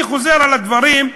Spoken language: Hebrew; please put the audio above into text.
אני חוזר על הדברים,